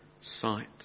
sight